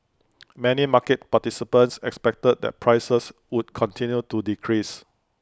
many market participants expected that prices would continue to decrease